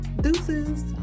Deuces